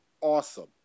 awesome